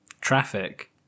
Traffic